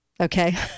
Okay